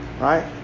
Right